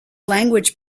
language